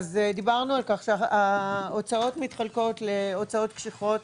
דיברנו על כך שההוצאות מתחלקות להוצאות קשיחות,